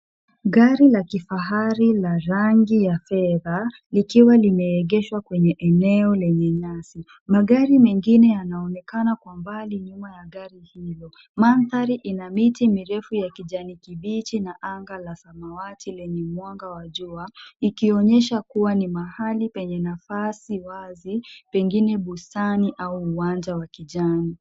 Gari la kifahari la rangi ya fedha likiwa limeegeshwa kwenye eneo lenye nyasi. Magari mengine yanaonekana kwa mbali nyuma ya gari hilo. Mandahri ina miti mirefu ya kijani kibichi na anga la samawati lenye mwanga wa jua ikionyesha kuwa ni mahali penye nafasi wazi pengine bustani aua uwanja wa kijani.